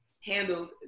handled